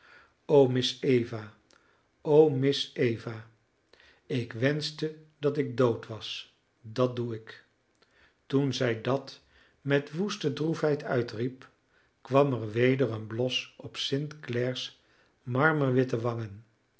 o miss eva o miss eva ik wenschte dat ik dood was dat doe ik toen zij dat met woeste droefheid uitriep kwam er weder een blos op st clare's marmerwitte wangen